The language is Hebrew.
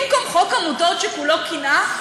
במקום חוק עמותות שכולו קנאה,